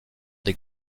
des